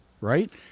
Right